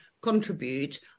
contribute